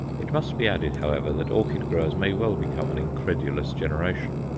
it must be added, however, that orchid-growers may well become an incredulous generation.